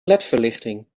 ledverlichting